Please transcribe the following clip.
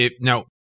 Now